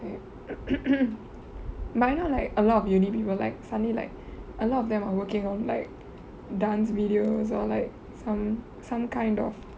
but I know like a lot of uni people like suddenly like a lot of them are working on like dance videos or like some some kind of